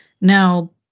now